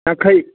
ꯌꯥꯡꯈꯩ